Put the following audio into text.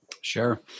Sure